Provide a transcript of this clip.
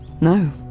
No